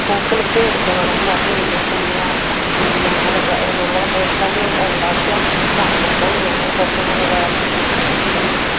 പൂക്കൾക്ക് ഇടുന്ന വളം അതും ഇടും പിന്നെ ഞങ്ങൾ ഞങ്ങൾ വീട്ടിൽ തന്നെ ഉണ്ടാക്കിയ ചാണകം ഞങ്ങൾ പശുക്കളെ വളർത്തുന്ന